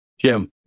Jim